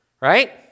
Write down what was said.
right